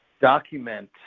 document